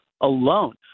alone